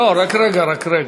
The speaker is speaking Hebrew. רק רגע, רק רגע.